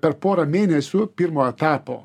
per porą mėnesių pirmo etapo